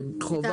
תודה רבה, נירה.